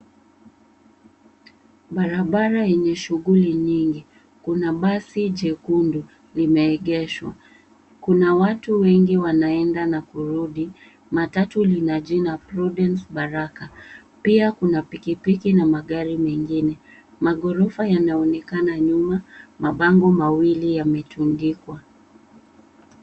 Barabara yenye shughuli nyingi, kuna basi jekundu limeegeshwa. Kuna watu wengi wanaenda na kurudi. Matatu lina jina Prudence Baraka. Pia kuna pikipiki na magari mengine, magorofa yanaonekana nyuma. Mbango mawili yametundikwa.